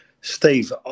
Steve